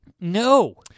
No